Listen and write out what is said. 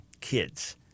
kids